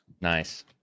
Nice